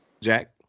Jack